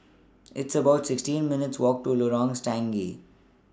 It's about sixteen minutes' Walk to Lorong Stangee